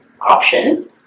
option